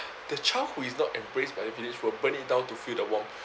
the child who is not embraced by the village will burn it down to feel the warmth